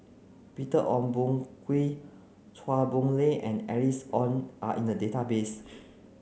Peter Ong Boon Kwee Chua Boon Lay and Alice Ong are in the database